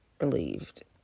relieved